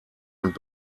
und